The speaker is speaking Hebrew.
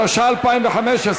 התשע"ה 2015,